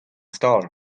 stal